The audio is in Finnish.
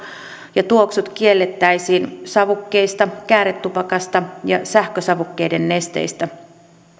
ja tuoksut kiellettäisiin savukkeista kääretupakasta ja sähkösavukkeiden nesteistä